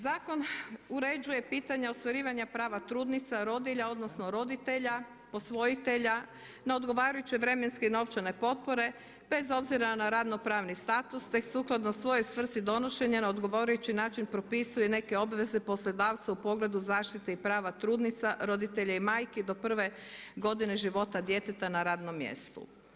Zakon uređuje pitanje ostvarivanja prava trudnica, rodilja odnosno roditelja, posvojitelja, na odgovarajuća vremenske i novčane potpore bez obzira na radno-pravni status, te sukladno svojoj svrsi donošenja na odgovarajući način propisuje neke obveze poslodavcu o pogledu zaštite i prava trudnica, roditelja i majki do prve godine života djeteta na radnom mjestu.